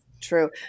True